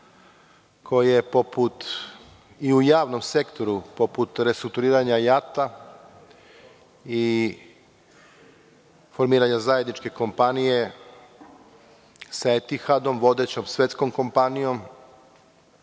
koje i u javnom sektoru, poput restrukturiranja JAT i formiranje zajedničke kompanije sa „Etihadom“, vodećom svetskom kompanijom,